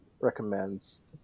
recommends